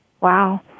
Wow